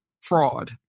fraud